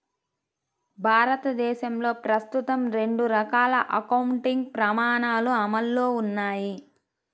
భారతదేశంలో ప్రస్తుతం రెండు రకాల అకౌంటింగ్ ప్రమాణాలు అమల్లో ఉన్నాయి